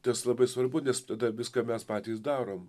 tas labai svarbu nes tada viską mes patys darom